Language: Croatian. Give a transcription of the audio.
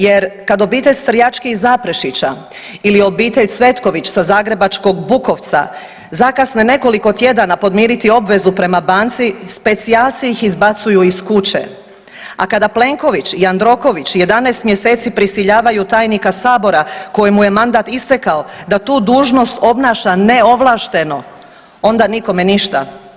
Jer, kad obitelj Strjački iz Zaprešića ili obitelj Cvetković sa zagrebačkog Bukovca zakasne nekoliko tjedana podmiriti obvezu prema banci, specijalci ih izbacuju iz kuće, a kada Plenković, Jandroković 11 mjeseci prisiljavaju tajnika Sabora kojemu je mandat istekao da tu dužnost obnaša neovlašteno, onda nikome ništa.